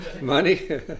Money